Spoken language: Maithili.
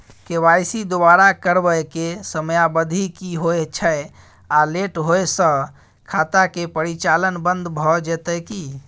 के.वाई.सी दोबारा करबै के समयावधि की होय छै आ लेट होय स खाता के परिचालन बन्द भ जेतै की?